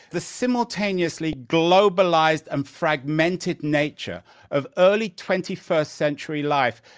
the simultaneously globalized and fragmented nature of early twenty first century life,